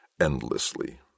endlessly